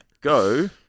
go